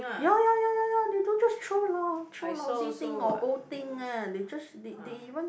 ya ya ya ya ya they don't just throw lo~ throw lousy thing or old thing ah they just they they even